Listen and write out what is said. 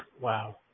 Wow